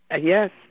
Yes